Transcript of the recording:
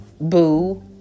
Boo